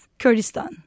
Kurdistan